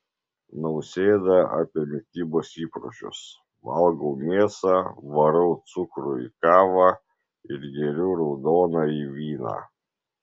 nausėda apie mitybos įpročius valgau mėsą varau cukrų į kavą ir geriu raudonąjį vyną